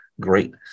great